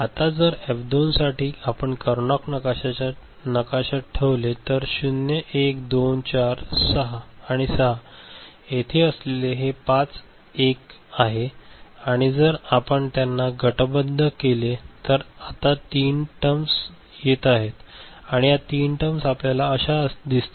आता जर एफ 2 साठी आपण करनौघ नकाशाच्या ठेवले तर 0 1 2 4 आणि 6 येथे असलेले हे पाच 1s आहेत आणि जर आपण त्यांना गटबद्ध केले तर आता तीन टर्म्स येत आहेत या तीन टर्म्स आपल्याला अश्या दिसतील